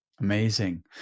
Amazing